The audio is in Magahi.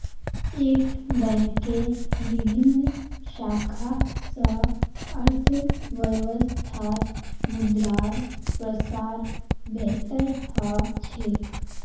एक बैंकेर विभिन्न शाखा स अर्थव्यवस्थात मुद्रार प्रसार बेहतर ह छेक